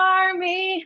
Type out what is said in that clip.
army